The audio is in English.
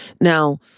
Now